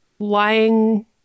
lying